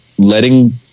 letting